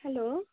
hello